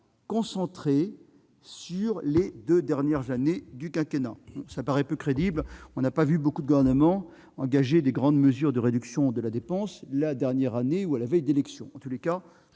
concentré sur les deux dernières années du quinquennat, ce qui paraît peu crédible. On n'a pas vu beaucoup de gouvernements engager des grandes mesures de réduction de la dépense à la veille d'élections.